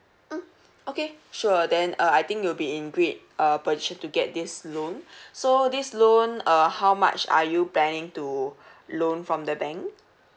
mm okay sure then uh I think you'll be in great uh position to get this loan so this loan uh how much are you planning to loan from the bank